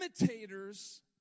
imitators